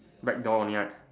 black door only right